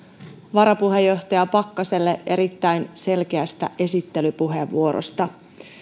varapuheenjohtaja pakkaselle erittäin selkeästä esittelypuheenvuorosta